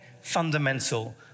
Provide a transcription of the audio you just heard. fundamental